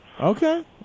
Okay